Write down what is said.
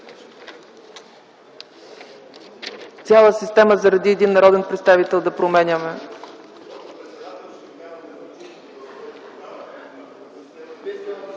Цяла система заради един народен представител да променяме?!